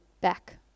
back